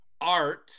art